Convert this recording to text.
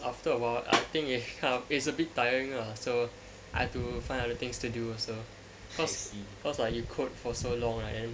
after awhile I think it's uh a bit tiring ah so I had to find other things to do also cause cause like you code for so long right and then